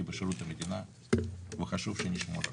בשירות המדינה שחשוב שנשמור עליו.